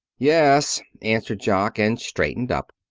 yes, answered jock, and straightened up.